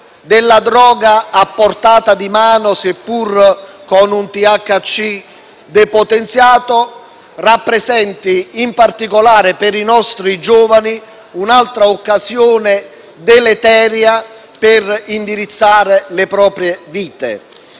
della droga a portata di mano seppur con un THC depotenziato rappresenti, in particolare per i nostri giovani, un'altra occasione deleteria per indirizzare le proprie vite.